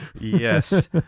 Yes